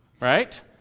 Right